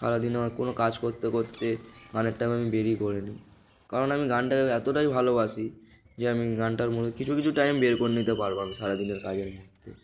সারাদিনে কোনো কাজ করতে করতে গানের টাইম আমি বেরই করে নিই কারণ আমি গানটাকে এতটাই ভালোবাসি যে আমি গানটার মধ্যে কিছু কিছু টাইম বের করে নিতে পারবো আমি সারাদিনের কাজের মধ্যে